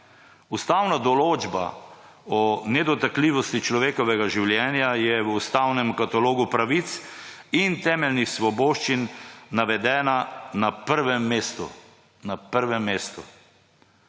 Ustavna določa o nedotakljivosti človekovega življenja je v ustavnem katalogu pravic in temeljnih svoboščin navedena na prvem mestu.